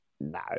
No